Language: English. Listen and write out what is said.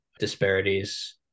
Disparities